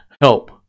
help